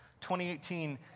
2018